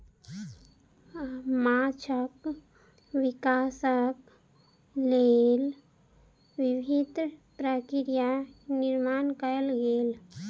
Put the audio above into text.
माँछक विकासक लेल विभिन्न प्रक्रिया निर्माण कयल गेल